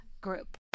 group